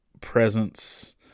presence